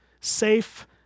safe